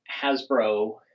Hasbro